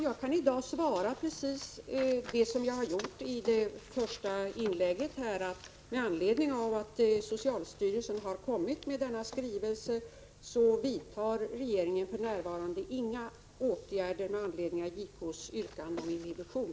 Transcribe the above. Jag kan svara precis som jag har gjort i mitt första inlägg — att eftersom socialstyrelsen har kommit med denna skrivelse vidtar regeringen för närvarande inga åtgärder med anledning av JK:s yrkande om inhibition.